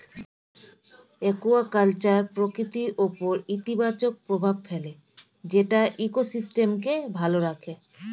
aquaculture প্রকৃতির উপর ইতিবাচক প্রভাব ফেলে যেটা ইকোসিস্টেমকে ভালো রাখে